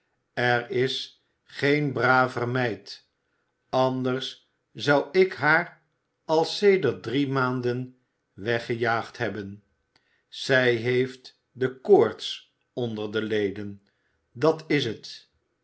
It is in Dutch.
er is geen braver meid anders zou ik haar al sedert drie maanden weggejaagd hebben zij heeft de koorts onder de leden dat is het